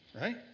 right